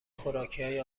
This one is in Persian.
خوراکیهای